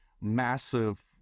massive